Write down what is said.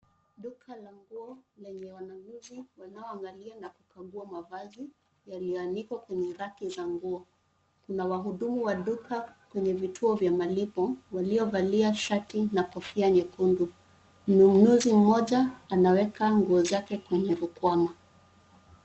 Duka la nguo lenye wanafunzi wanaoangalia na kukagua mavazi, yaliyoanikwa kwenye raki za nguo, kuna wahudumu wa duka, kwenye vituo vya malipo, waliovalia shati na kofia nyekundu, mnunuzi mmoja, anaweka nguo zake kwenye rukwama.